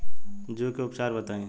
जूं के उपचार बताई?